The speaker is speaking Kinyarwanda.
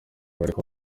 bariko